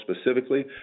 specifically